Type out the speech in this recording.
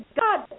God